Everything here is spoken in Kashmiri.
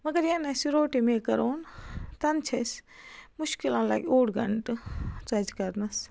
مگر یَنہٕ اَسہِ یہِ روٹی میکَر اوٚن تَنہٕ چھِ أسۍ مُشکِلَن لَگہِ اوٚڑ گھنٛٹہٕ ژۄچہِ کَرنَس